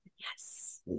Yes